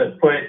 put